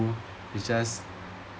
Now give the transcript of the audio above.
it just